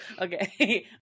Okay